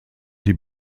die